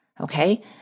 Okay